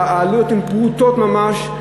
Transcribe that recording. שהעלות היא פרוטות ממש,